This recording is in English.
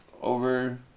over